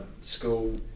school